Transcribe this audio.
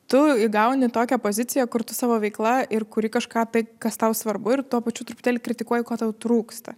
tu įgauni tokią poziciją kur tu savo veikla ir kuri kažką tai kas tau svarbu ir tuo pačiu truputėlį kritikuoji ko tau trūksta